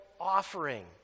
offering